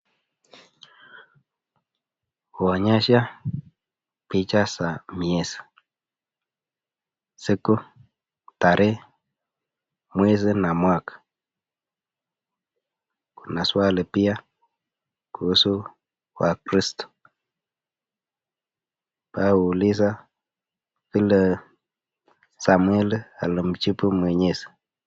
Kuonyesha picha za Mwenyezi. Siku, tarehe, mwezi na mwaka. Kuna swali pia kuhusu wa Kristo. Pa uliza vile Samweli alimjibu Mwenyezi.